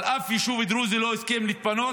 אבל אף יישוב דרוזי לא הסכים להתפנות.